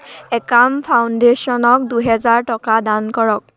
একাম ফাউণ্ডেশ্যনক দুহেজাৰ টকা দান কৰক